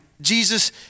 Jesus